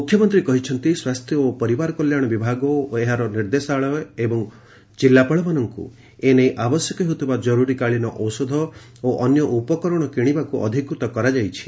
ମୁଖ୍ୟମନ୍ତୀ କହିଛନ୍ତି ସ୍ୱାସ୍ସ୍ୟ ଓ ପରିବାର କଲ୍ୟାଣ ବିଭାଗ ଓ ଏହାର ନିର୍ଦେଶାଳୟ ଏବଂ ଜିଲ୍ଲାପାଳମାନଙ୍କୁ ଏ ନେଇ ଆବଶ୍ୟକ ହେଉଥିବା ଜରୁରୀ କାଳୀନ ଔଷଧ ଓ ଅନ୍ୟ ଉପକରଣ କିଶିବାକୁ ଅଧିକୃତ କରାଯାଇଛି